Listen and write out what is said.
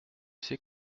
sais